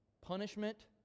punishment